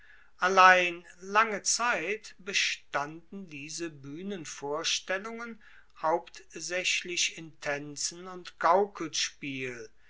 allein lange zeit bestanden diese buehnenvorstellungen hauptsaechlich in taenzen und